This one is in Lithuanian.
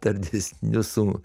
dar didesniu su